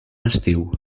estiu